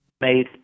made